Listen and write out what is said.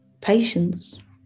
patience